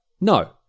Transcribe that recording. No